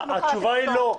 התשובה היא לא.